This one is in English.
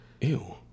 ew